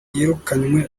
yirukanye